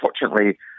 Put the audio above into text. unfortunately